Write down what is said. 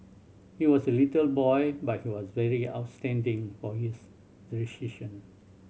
he was a little boy but he was very outstanding for his precision